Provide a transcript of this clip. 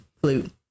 flute